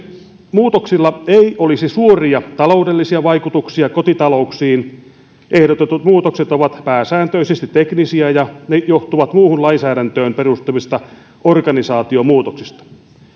muutoksilla ei olisi suoria taloudellisia vaikutuksia kotitalouksiin ehdotetut muutokset ovat pääsääntöisesti teknisiä ja ne johtuvat muuhun lainsäädäntöön perustuvista organisaatiomuutoksista